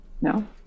No